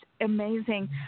amazing